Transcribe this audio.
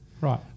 right